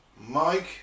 Mike